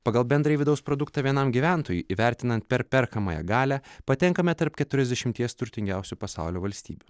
pagal bendrąjį vidaus produktą vienam gyventojui įvertinant per perkamąją galią patenkame tarp keturiasdešimties turtingiausių pasaulio valstybių